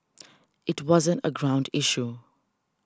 it wasn't a ground issue